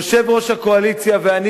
יושב-ראש הקואליציה ואני,